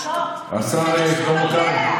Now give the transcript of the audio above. השר שלמה קרעי.